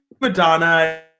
Madonna